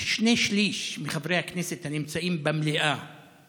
ששני שלישים מחברי הכנסת הנמצאים במליאה